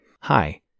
Hi